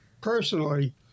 personally